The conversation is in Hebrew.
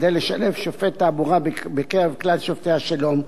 וכדי לשלב שופט תעבורה בקרב כלל שופטי השלום,